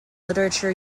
literature